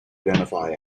identify